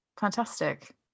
fantastic